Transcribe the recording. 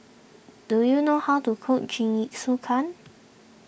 do you know how to cook Jingisukan